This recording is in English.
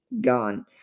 gone